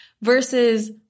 Versus